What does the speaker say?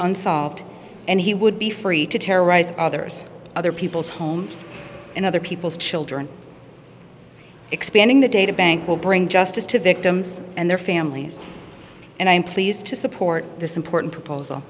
unsolved and he would be free to terrorize others other people's homes and other people's children expanding the databank will bring justice to victims and their families and i am pleased to support this important proposal